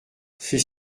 c’est